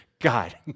God